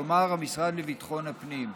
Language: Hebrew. כלומר המשרד לביטחון הפנים.